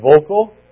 vocal